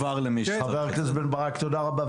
חבר הכנסת בן ברק, תודה רבה.